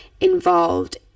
involved